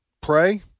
pray